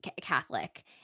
Catholic